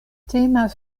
temas